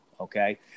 okay